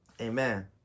Amen